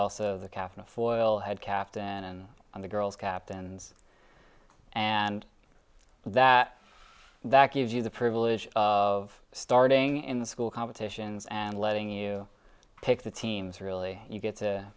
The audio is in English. also the captain of foil had captain on the girls captains and that that gives you the privilege of starting in the school competitions and letting you take the teams really you get to